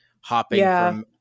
hopping